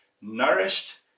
nourished